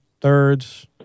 thirds